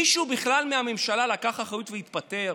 מישהו מהממשלה בכלל לקח אחריות והתפטר?